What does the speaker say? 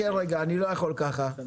רק רגע, אני לא יכול כך.